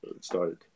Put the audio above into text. started